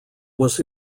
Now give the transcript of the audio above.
was